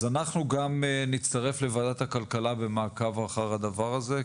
אז אנחנו גם נצטרף לוועדת הכלכלה במעקב אחר הדבר הזה,